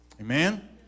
Amen